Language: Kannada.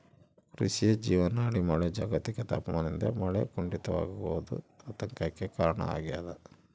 ಕೃಷಿಯ ಜೀವನಾಡಿ ಮಳೆ ಜಾಗತಿಕ ತಾಪಮಾನದಿಂದ ಮಳೆ ಕುಂಠಿತವಾಗೋದು ಆತಂಕಕ್ಕೆ ಕಾರಣ ಆಗ್ಯದ